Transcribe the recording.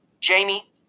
Jamie